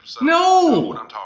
No